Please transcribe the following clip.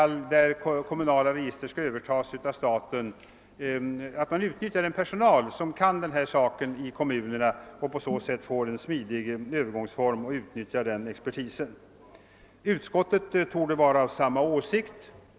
Felräkningen skedde inte avsiktligt, men det blev mycket dyrare än man hade tänkt sig.